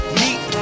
meet